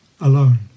alone